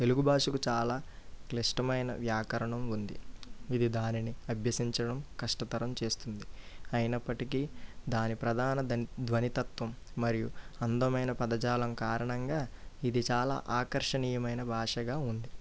తెలుగు భాషకు చాలా క్లిష్టమైన వ్యాకరణం ఉంది ఇది దానిని అభ్యసించడం కష్టతరం చేస్తుంది అయినప్పటికీ దాని ప్రధాన దని ధ్వనితత్వం మరియు అందమైన పదజాలం కారణంగా ఇది చాలా ఆకర్షణీయమైన భాషగా ఉంది